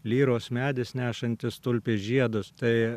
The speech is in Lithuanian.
lyros medis nešantis tulpės žiedus tai